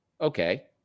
okay